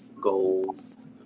goals